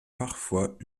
parfois